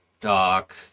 Doc